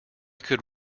could